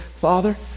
Father